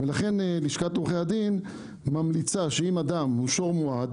לכן לשכת עורכי הדין ממליצה שאם אדם הוא שור מועד